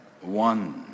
one